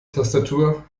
tastatur